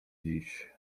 dziś